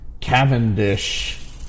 Cavendish